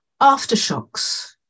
Aftershocks